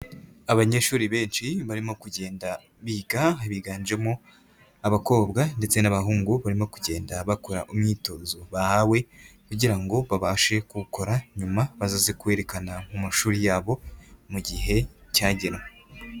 Abanyeshuri benshi barimo kugenda biga, biganjemo abakobwa ndetse n'abahungu, barimo kugenda bakora umwitozo bahawe kugira ngo babashe kuwukora nyuma bazaze kuwerekana mu mashuri yabo mu gihe cyagenwe.